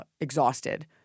exhausted